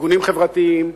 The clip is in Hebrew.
חברתיים,